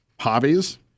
Hobbies